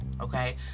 Okay